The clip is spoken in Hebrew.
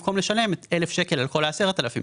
זה במקום לשלם 1,000 ₪ על כל ה-10,000 ₪.